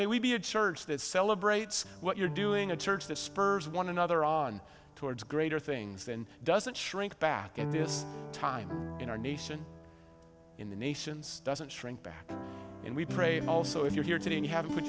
maybe a church that celebrates what you're doing a church that spurs one another on towards greater things than doesn't shrink back in this time in our nation in the nations doesn't shrink back and we pray also if you're here today you have put